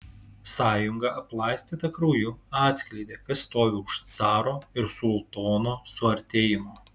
sąjunga aplaistyta krauju atskleidė kas stovi už caro ir sultono suartėjimo